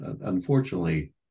unfortunately